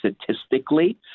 statistically